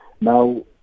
Now